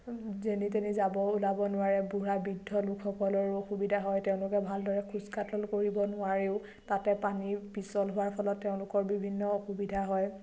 যেনি তেনি যাব ওলাব নোৱাৰে বুঢ়া বৃদ্ধলোকসকলৰো অসুবিধা হয় তেওঁলোকে ভালদৰে খোজ কাটল কৰিব নোৱাৰেও তাতে পানী পিচল হোৱাৰ ফলত তেওঁলোকৰ বিভিন্ন অসুবিধা হয়